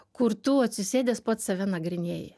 kur tu atsisėdęs pats save nagrinėji